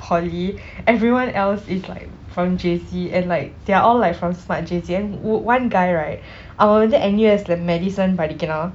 poly everyone else is like from J_C and like they are all like from smart J_C and one guy right அவன் வந்து:avan vanthu N_U_S medicine படிக்கிறான்:padikiraan